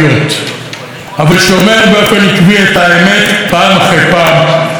אבל שאומר באופן עקבי את האמת פעם אחר פעם עד יומו האחרון.